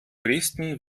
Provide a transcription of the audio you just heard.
touristen